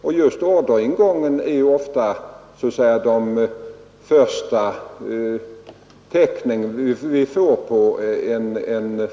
Och just orderingången hör till de första tecken vi får på en förändring.